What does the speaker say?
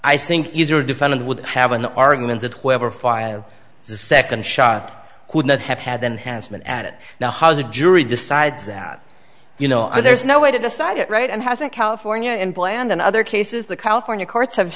i think easier defendant would have an argument that whoever filed the second shot would not have had then has been at it now has a jury decides that you know there's no way to decide it right and hasn't california implant in other cases the california courts have